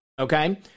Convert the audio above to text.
Okay